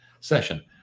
session